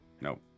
No